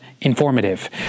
informative